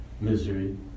misery